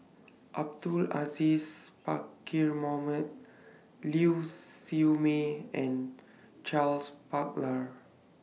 Abdul Aziz Pakkeer Mohamed Liew Siew May and Charles Paglar